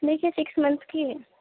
دیکھیے six month کی ہے